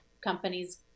companies